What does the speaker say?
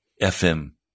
FM